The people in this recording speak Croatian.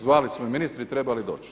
Zvali su me ministri treba li doći.